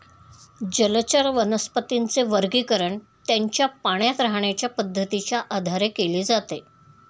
जलचर वनस्पतींचे वर्गीकरण त्यांच्या पाण्यात राहण्याच्या पद्धतीच्या आधारे केले जाते